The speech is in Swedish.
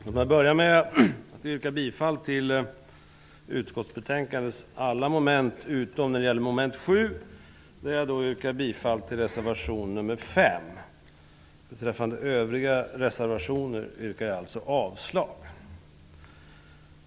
Herr talman! Låt mig börja med att yrka bifall till alla moment i utskottets hemställan, utom mom. 7, där jag yrkar bifall till reservation 5. Beträffande övriga reservationer yrkar jag alltså avslag.